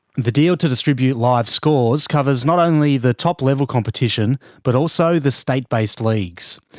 the deal to distribute live scores covers not only the top level competition, but also the state-based leagues.